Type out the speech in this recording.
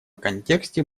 контексте